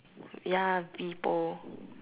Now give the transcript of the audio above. ya people